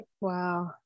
Wow